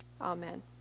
Amen